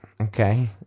Okay